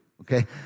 okay